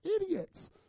idiots